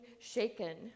shaken